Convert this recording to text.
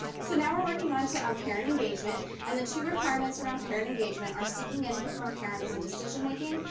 so now we're working on to um parent engagement and the two requirements around parent engagement are seeking input from parents in decision making,